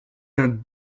d’un